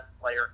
player